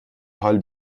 حال